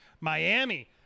miami